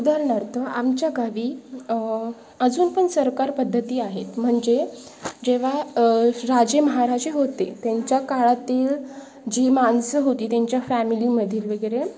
उदाहरणार्थ आमच्या गावी अजून पण सरकार पद्धती आहेत म्हणजे जेव्हा राजे महाराजे होते त्यांचा काळातील जी माणसं होती त्यांचा फॅमिलीमध्ये वगैरे